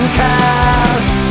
cast